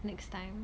next time